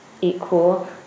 equal